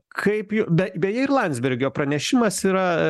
kaip ju be beje ir landsbergio pranešimas yra